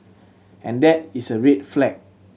and that is a red flag